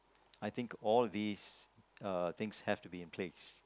I think all these uh things have to be in place